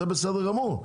זה בסדר גמור,